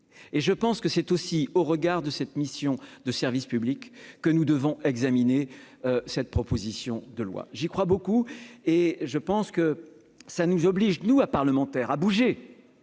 et je pense que c'est aussi au regard de cette mission de service public que nous devons examiner cette proposition de loi, j'y crois beaucoup et je pense que ça nous oblige nous à parlementaire à bouger,